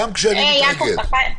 גם כשאני מתרגז.